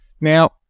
Now